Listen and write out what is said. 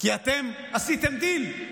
כי כבר, כי אתם עשיתם דיל,